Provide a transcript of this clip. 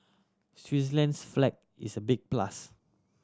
Switzerland's flag is a big plus